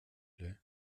ile